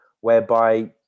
whereby